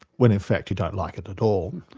when in fact you don't like it at all,